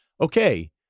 okay